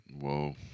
Whoa